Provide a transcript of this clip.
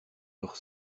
leur